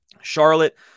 Charlotte